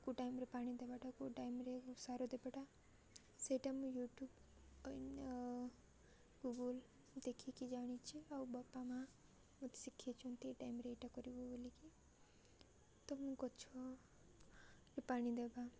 କେଉଁ ଟାଇମ୍ରେ ପାଣି ଦେବାଟା କେଉଁ ଟାଇମ୍ରେ ସାର ଦେବାଟା ସେଇଟା ମୁଁ ୟୁଟ୍ୟୁବ୍ ଗୁଗୁଲ୍ ଦେଖିକି ଜାଣିଛି ଆଉ ବାପା ମାଆ ମତେ ଶିଖିେଇଛନ୍ତି ଏଇ ଟାଇମ୍ରେ ଏଇଟା କରିବୁ ବୋଲିକି ତ ମୁଁ ଗଛ ପାଣି ଦେବା